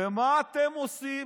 ומה אתם עושים?